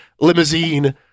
limousine